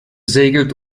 segelt